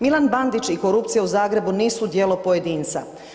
Milan Bandić i korupcija u Zagrebu nisu djelo pojedinca.